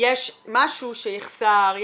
יש משהו שיחסר?